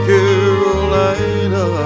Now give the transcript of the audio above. Carolina